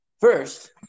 first